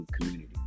community